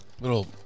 Little